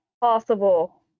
possible